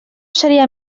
seria